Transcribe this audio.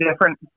different